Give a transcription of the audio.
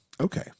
okay